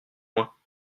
moins